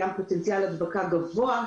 פוטנציאל הדבקה גבוה,